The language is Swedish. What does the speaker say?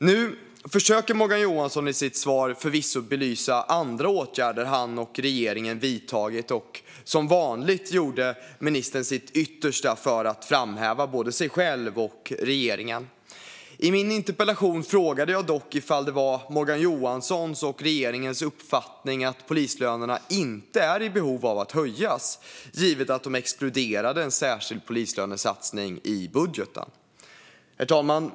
Nu försöker Morgan Johansson i sitt svar förvisso belysa andra åtgärder som han och regeringen vidtagit, och som vanligt gjorde ministern sitt yttersta för att framhäva både sig själv och regeringen. I min interpellation frågade jag dock om det var Morgan Johanssons och regeringens uppfattning att polislönerna inte är i behov av att höjas, givet att de exkluderade en särskild polislönesatsning i budgeten. Herr talman!